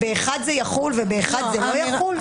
באחד זה יחול ובאחד לא יחול?